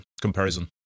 comparison